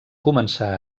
començar